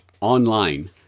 online